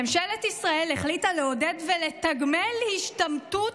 ממשלת ישראל החליטה לעודד ולתגמל השתמטות